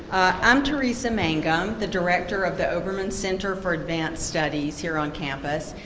i'm teresa mangum, the director of the obermann center for advanced studies here on campus.